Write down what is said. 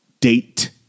date